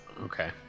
Okay